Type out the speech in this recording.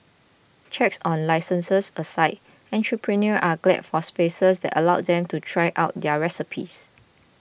checks on licences aside entrepreneurs are glad for spaces that allow them to try out their recipes